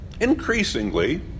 Increasingly